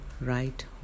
right